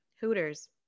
Hooters